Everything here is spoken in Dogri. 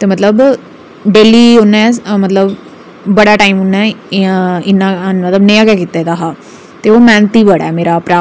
ते मतलब डेह्ल्ली उ'न्नै मतलब बड़ा टाइम उ'न्नै इ'यां इन्ना मतलब नेहा गै कीता दा हा ते ओह् मैह्नती बड़ा ऐ मेरा भ्रा